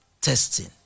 testing